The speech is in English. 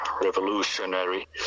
revolutionary